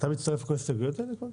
אתה מצטרף לכל ההסתייגויות האלה מקלב?